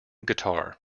guitar